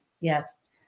Yes